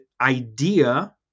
idea